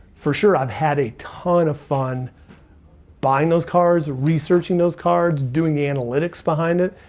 for sure, i've had a ton of fun buying those cards, researching those cards, doing the analytics behind it.